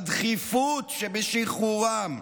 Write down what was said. הדחיפות שבשחרורם.